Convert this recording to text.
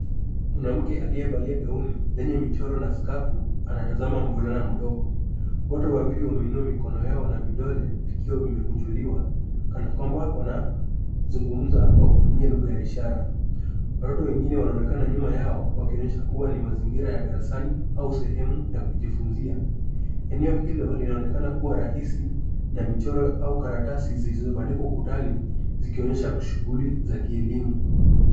Mwanamke aliyevalia gauni lenye michoro na skafu anatazama mvulana mdogo. Wote wawili wameinua mikono yao na vidole vikiwa vimekunjuliwa kana kwamba wanazungumza kwa kutumia lugha ya ishara. Watoto wengine wanaonekana nyuma yao wakionyesha kuwa ni mazingira ya darasani au sehemu ya kujifunza. Eneo hilo linaonekana kuwa rahisi na michoro au karatasi zilizobandikwa ukutani zikionyesha shughuli za kielimu.